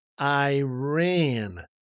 Iran